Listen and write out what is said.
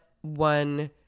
one